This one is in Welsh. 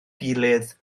gilydd